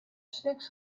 snacks